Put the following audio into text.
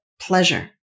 pleasure